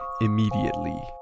immediately